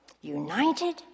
United